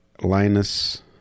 Linus